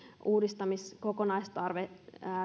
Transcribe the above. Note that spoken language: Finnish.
uudistamisen kokonaistarve